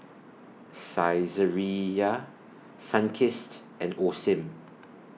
Saizeriya Sunkist and Osim